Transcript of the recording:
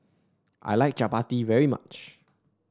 I like Chapati very much